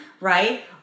right